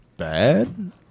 Bad